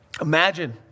Imagine